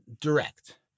direct